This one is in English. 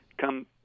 come